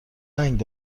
رنگ